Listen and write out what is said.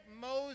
Moses